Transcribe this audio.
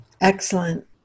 Excellent